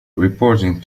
reporting